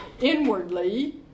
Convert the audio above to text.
inwardly